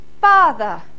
Father